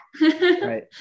Right